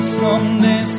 someday